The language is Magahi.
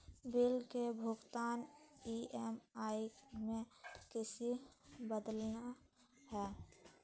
बिल के भुगतान ई.एम.आई में किसी बदलना है?